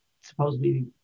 supposedly